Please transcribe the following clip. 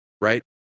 right